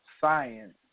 science